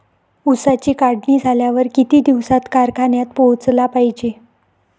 ऊसाची काढणी झाल्यावर किती दिवसात कारखान्यात पोहोचला पायजे?